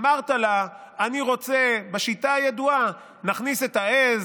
אמרת לה: אני רוצה, בשיטה הידועה: נכניס את העז,